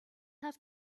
have